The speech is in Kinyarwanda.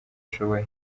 ashoboye